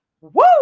Woo